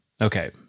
Okay